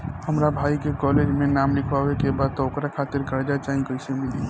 हमरा भाई के कॉलेज मे नाम लिखावे के बा त ओकरा खातिर कर्जा चाही कैसे मिली?